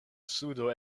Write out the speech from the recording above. sudo